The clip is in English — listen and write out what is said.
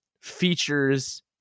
features